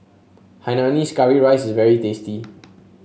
Hainanese Curry Rice is very tasty